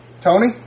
Tony